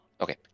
okay